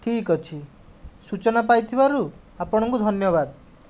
ଠିକ୍ ଅଛି ସୂଚନା ପାଇଥିବାରୁ ଆପଣଙ୍କୁ ଧନ୍ୟବାଦ